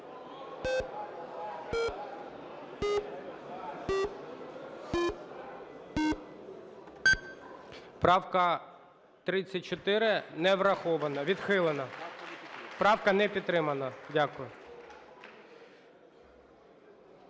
Правка 34 не врахована. Відхилена, правка не підтримана. Дякую.